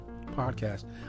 podcast